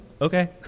okay